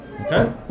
Okay